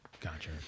Gotcha